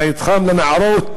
"בית חם" לנערות,